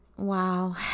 Wow